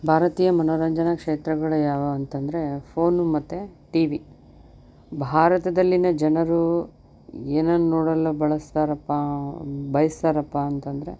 ಭಾರತೀಯ ಮನೋರಂಜನಾ ಕ್ಷೇತ್ರಗಳು ಯಾವುವು ಅಂತಂದರೆ ಫೋನು ಮತ್ತು ಟಿವಿ ಭಾರತದಲ್ಲಿನ ಜನರು ಏನನ್ನು ನೋಡಲು ಬಳಸ್ತಾರಪ್ಪಾ ಬಯಸ್ತಾರಪ್ಪಾ ಅಂತಂದರೆ